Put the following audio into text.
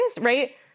right